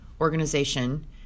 organization